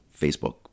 facebook